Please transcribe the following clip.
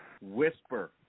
whisper